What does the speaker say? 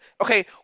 okay